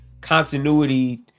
continuity